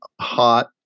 hot